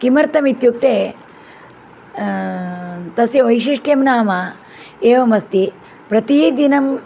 किमर्थमित्युक्ते तस्य वैशिष्ट्यं नाम एवमस्ति प्रतिदिनम्